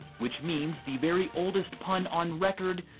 which means the very oldest pun on record